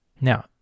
Now